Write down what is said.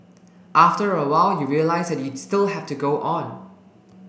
after a while you realise that you still have to go on